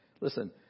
Listen